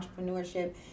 entrepreneurship